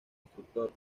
instructor